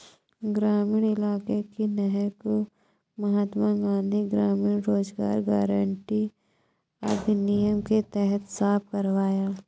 ग्रामीण इलाके की नहर को महात्मा गांधी ग्रामीण रोजगार गारंटी अधिनियम के तहत साफ करवाया